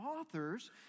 authors